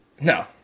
No